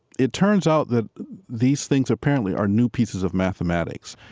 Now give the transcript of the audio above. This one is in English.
it turns out that these things apparently are new pieces of mathematics,